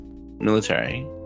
military